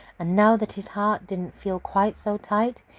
and now that his heart didn't feel quite so tight,